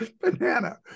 banana